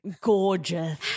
gorgeous